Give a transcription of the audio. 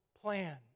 plan